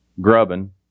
grubbing